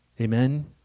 Amen